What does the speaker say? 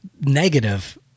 negative